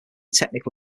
technical